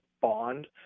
bond